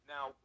Now